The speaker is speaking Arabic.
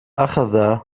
أخذ